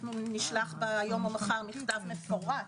ונשלח היום או מחר מכתב מפורט.